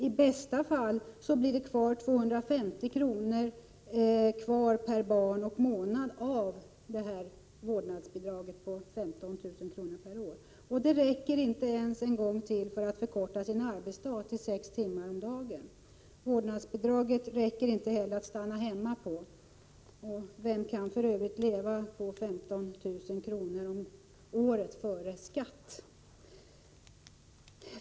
I bästa fall blir det kvar 250 kr. per barn och månad av detta vårdnadsbidrag på 15 000 kr. per år. Dessa pengar räcker inte ens till för att förkorta arbetsdagen till sex timmar om dagen. Vårdnadsbidraget räcker inte heller till för att man skall kunna stanna hemma från arbetet. Vem kan för övrigt leva på 15 000 kr. om året före skatt?